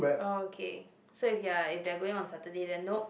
okay so if you're if they are going on Saturday then no